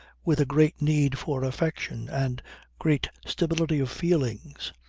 with a great need for affection and great stability of feelings.